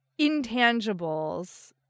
intangibles